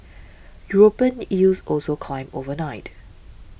European yields also climbed overnight